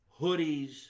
hoodies